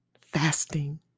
fasting